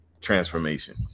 transformation